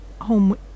home